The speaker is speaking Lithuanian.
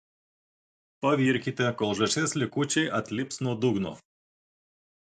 pavirkite kol žąsies likučiai atlips nuo dugno